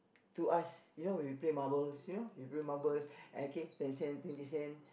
to us you know when we play marbles you know we play marbles okay ten cent twenty cent